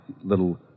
little